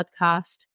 podcast